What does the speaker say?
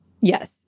Yes